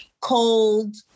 cold